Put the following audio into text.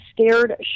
scared